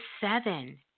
seven